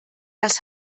das